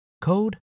code